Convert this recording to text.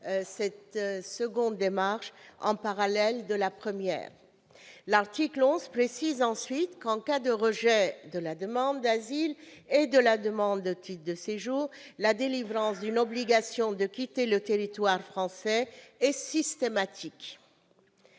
cette seconde démarche en parallèle de la première. Il précise, ensuite, que, en cas de rejet de la demande d'asile et de la demande de titre de séjour, la délivrance d'une obligation de quitter le territoire français est systématique.